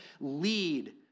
lead